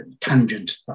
tangent